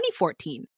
2014